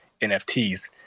NFTs